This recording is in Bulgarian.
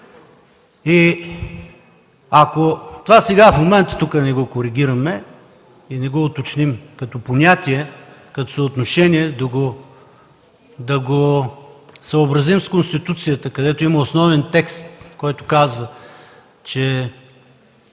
Ако това сега, в момента, не го коригираме и не го уточним като понятие, като съотношение да го съобразим с Конституцията, където има основен текст, казващ, че